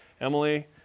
Emily